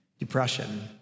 Depression